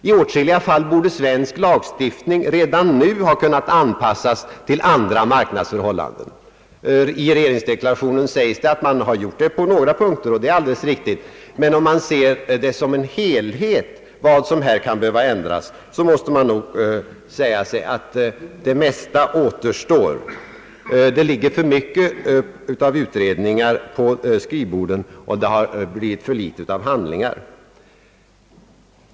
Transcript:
I åtskilliga fall borde svensk lagstiftning redan nu ha kunnat anpassas till andra marknadsförhållanden. I regeringsdeklarationen sägs att detta gjorts på några punkter, och det är alldeles riktigt. Men om man ser på vad som behöver ändras som en helhet, måste man nog säga sig att det mesta återstår. Det lig ger för mycket utredningar i skrivborden och det har blivit för litet handling.